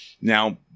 Now